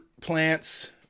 plants